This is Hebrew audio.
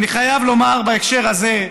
אני חייב לומר בהקשר הזה,